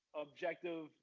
objective